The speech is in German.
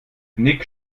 nick